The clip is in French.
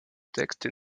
textes